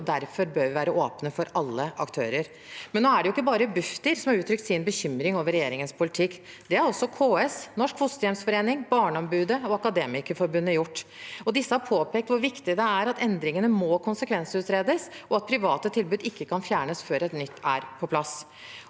og derfor bør vi være åpne for alle aktører. Nå er det jo ikke bare Bufdir som har uttrykt sin bekymring over regjeringens politikk. Det har også KS, Norsk Fosterhjemsforening, Barneombudet og Akademikerforbundet gjort. De har påpekt hvor viktig det er at endringene må konsekvensutredes, og at private tilbud ikke kan fjernes før et nytt er på plass.